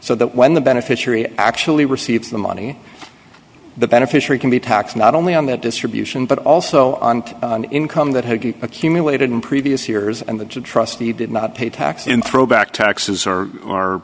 so that when the beneficiary actually receives the money the beneficiary can be tax not only on that distribution but also on the income that had accumulated in previous years and the trustee did not pay tax in throwback taxes or are